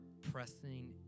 pressing